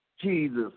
Jesus